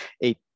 eight